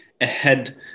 ahead